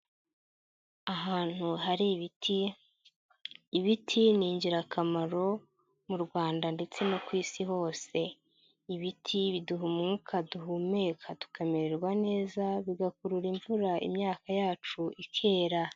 Ahantu hari ibiti, ibiti ni ingirakamaro mu Rwanda ndetse no ku Isi hose, ibiti biduha umwuka duhumeka tukamererwa neza, bigakurura imvura imyaka yacu ikera.